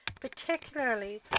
particularly